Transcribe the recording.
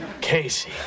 casey